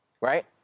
right